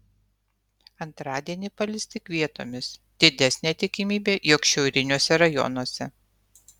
antradienį palis tik vietomis didesnė tikimybė jog šiauriniuose rajonuose